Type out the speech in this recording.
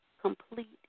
complete